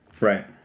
Right